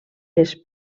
les